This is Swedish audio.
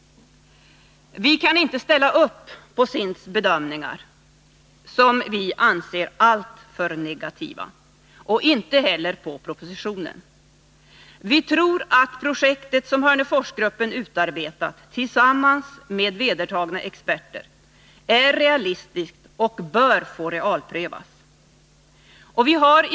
Vi kan inte ansluta oss till SIND:s bedömningar — som vi anser vara alltför negativa — och inte heller till propositionen. Vi tror att det projekt som Hörneforsgruppen utarbetat tillsammans med anlitade experter är realistiskt, och vi anser att det bör få realprövas.